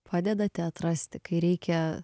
padedate atrasti kai reikia